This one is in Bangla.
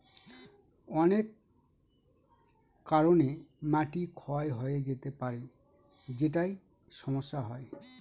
অনেক কারনে মাটি ক্ষয় হয়ে যেতে পারে যেটায় সমস্যা হয়